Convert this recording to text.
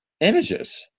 images